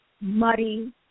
muddy